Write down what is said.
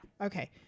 Okay